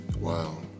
Wow